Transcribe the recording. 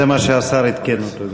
זה מה שהשר עדכן גם אותו.